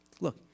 Look